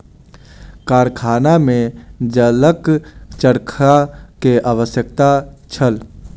कारखाना में जलक चरखा के आवश्यकता छल